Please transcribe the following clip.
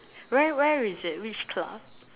where where is it which club